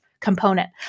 component